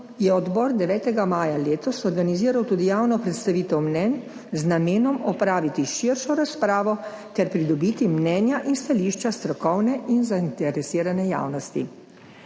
je Odbor 9. maja letos organiziral tudi javno predstavitev mnenj z namenom opraviti širšo razpravo ter pridobiti mnenja in stališča strokovne in zainteresirane javnosti.